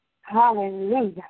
Hallelujah